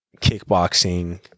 kickboxing